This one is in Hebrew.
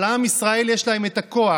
אבל עם ישראל, יש להם את הכוח,